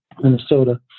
Minnesota